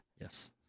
Yes